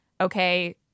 okay